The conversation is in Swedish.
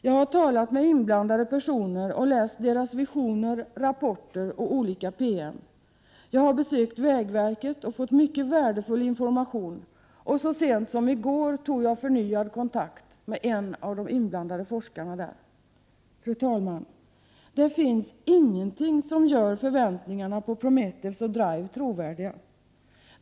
Jag har talat med inblandade personer och läst deras visioner, rapporter och olika PM. Jag har besökt vägverket och fått mycket värdefull information. Så sent som i går tog jag en förnyad kontakt med en av de inblandade forskarna där. Fru talman! Det finns ingenting som gör förväntningarna på Prometheus och DRIVE trovärdiga.